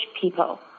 people